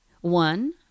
one